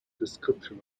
description